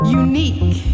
unique